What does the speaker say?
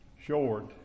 short